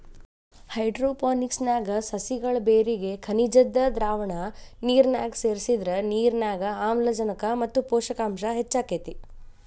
hydroponics ನ್ಯಾಗ ಸಸಿಗಳ ಬೇರಿಗೆ ಖನಿಜದ್ದ ದ್ರಾವಣ ನಿರ್ನ್ಯಾಗ ಸೇರ್ಸಿದ್ರ ನಿರ್ನ್ಯಾಗ ಆಮ್ಲಜನಕ ಮತ್ತ ಪೋಷಕಾಂಶ ಹೆಚ್ಚಾಕೇತಿ